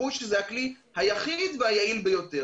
אמרו שזה הכלי היחיד והיעיל ביותר.